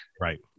Right